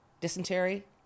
Dysentery